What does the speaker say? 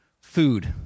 Food